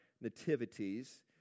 nativities